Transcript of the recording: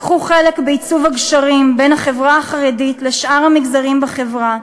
קחו חלק בעיצוב הגשרים בין החברה החרדית לשאר המגזרים בחברה.